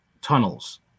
tunnels